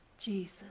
Jesus